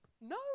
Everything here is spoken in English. No